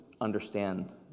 understand